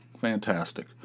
Fantastic